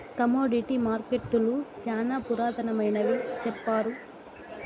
commodity మార్కెట్టులు శ్యానా పురాతనమైనవి సెప్తారు